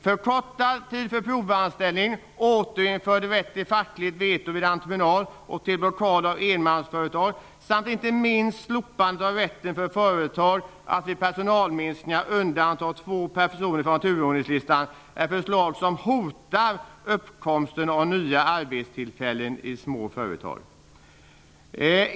Förkortad tid för provanställning, återinförd rätt till fackligt veto vid entreprenad och till blockad av enmansföretag samt inte minst slopande av rätten för företag att vid personalminskningar undanta två personer från turordningslistan är förslag som hotar uppkomsten av nya arbetstillfällen i små företag.